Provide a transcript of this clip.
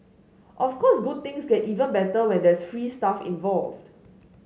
of course good things get even better when there's free stuff involved